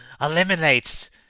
eliminates